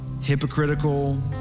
hypocritical